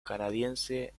canadiense